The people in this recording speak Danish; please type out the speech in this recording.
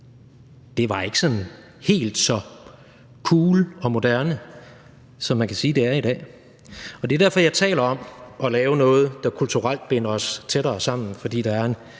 det var ikke helt så cool og moderne, som man kan sige det er i dag. Det er derfor, jeg taler om at lave noget, der kulturelt binder os tættere sammen. Der er en